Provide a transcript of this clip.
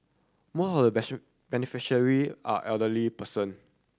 most the beneficiary are elderly person